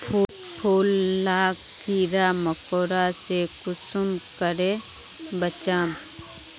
फूल लाक कीड़ा मकोड़ा से कुंसम करे बचाम?